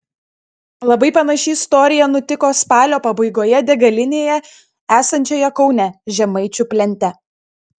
labai panaši istorija nutiko spalio pabaigoje degalinėje esančioje kaune žemaičių plente